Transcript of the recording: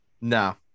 No